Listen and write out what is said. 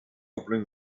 opening